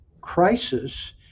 crisis